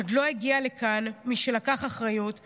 עוד לא הגיע לכאן מי שלקח אחריות ואמר: